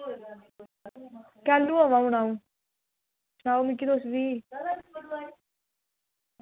कैलू आवां हू'न अऊं सनाओ मिकी तुस फ्ही